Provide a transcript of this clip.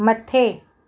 मथे